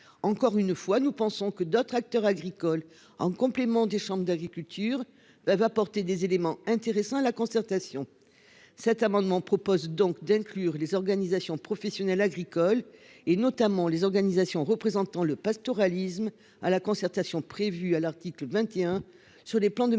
Encore une fois, nous pensons que d'autres acteurs agricoles en complément des chambres d'agriculture doivent apporter des éléments intéressants. La concertation. Cet amendement propose donc d'inclure les organisations professionnelles agricoles et notamment les organisations représentant le pastoralisme à la concertation prévue à l'article 21 sur les plans du massif.